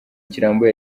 kirambuye